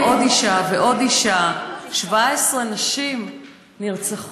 גברתי, עוד אישה ועוד אישה, 17 נשים נרצחות,